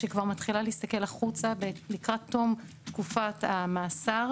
שכבר מתחילה להסתכל החוצה לקראת תום תקופת המאסר,